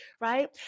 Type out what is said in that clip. right